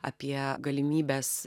apie galimybes